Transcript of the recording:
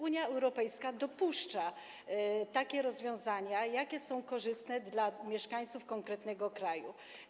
Unia Europejska dopuszcza takie rozwiązania, jakie są korzystne dla mieszkańców konkretnego kraju.